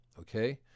okay